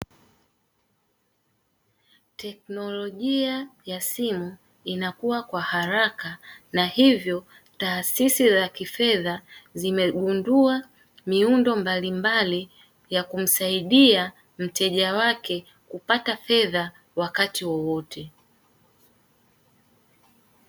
Teknolojia ya simu inakua kwa haraka, na hivyo taasisi za kifedha zimegundua miundo mbalimbali, ya kumsaidia mteja wake kupata fedha wakati wowote.